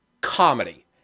comedy